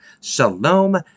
Shalom